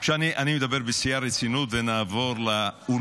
אני עכשיו מדבר בשיא הרצינות, ואולי